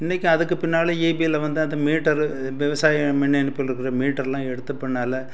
இன்னைக்கு அதுக்கு பின்னால் இபியில வந்து அந்த மீட்டர் விவசாயம் மின்னிணைப்புலருக்கிற மீட்டர்ரெலாம் எடுத்த பின்னால்